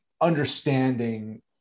understanding